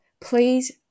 Please